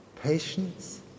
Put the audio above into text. patience